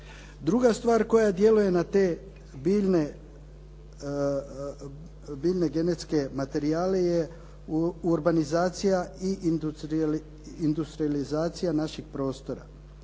Druga stvar koja djeluje na te biljne genetske materijale je urbanizacija i industrijalizacija naših prostora.